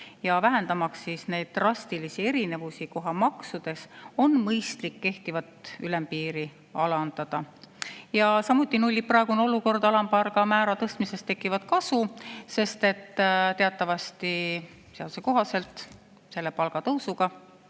Vähendamaks neid drastilisi erinevusi kohamaksudes, on mõistlik kehtivat ülempiiri alandada. Samuti nullib praegune olukord alampalga määra tõstmisest tekkivat kasu, sest teatavasti suureneb seaduse kohaselt selle palgatõusuga,